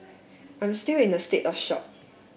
I'm still in a state of shock